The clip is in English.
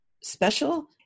special